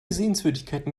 sehenswürdigkeiten